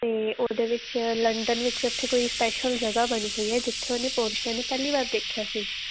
ਅਤੇ ਉਹਦੇ ਵਿੱਚ ਲੰਡਨ ਵਿੱਚ ਉੱਥੇ ਕੋਈ ਸਪੈਸ਼ਲ ਜਗ੍ਹਾ ਬਣੀ ਹੋਈ ਏ ਜਿੱਥੇ ਉਹਨੇ ਪੋਰਸ਼ੀਆ ਨੂੰ ਪਹਿਲੀ ਵਾਰ ਦੇਖਿਆ ਸੀ